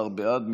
שבעד: